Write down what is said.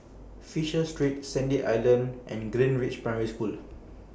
Fisher Street Sandy Island and Greenridge Primary School